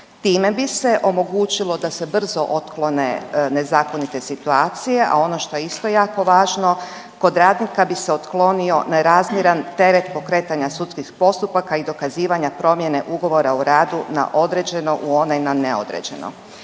Time bi se omogućilo da se brzo otklone nezakonite situacije, a ono što je isto jako važno kod radnika bi se otklonio nerazmjeran teret pokretanja sudskih postupaka i dokazivanja promjene ugovora o radu na određeno u onaj na neodređeno.